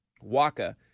Waka